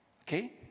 Okay